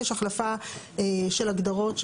יש החלפה של הגדרות,